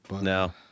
No